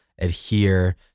adhere